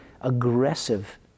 aggressive